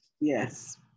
yes